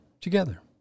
together